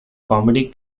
comedy